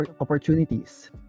opportunities